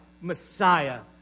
Messiah